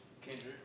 Kendrick